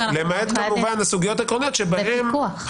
למעט כמובן הסוגיות העקרוניות -- והפיקוח.